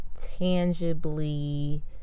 tangibly